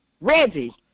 Reggie